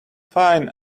fine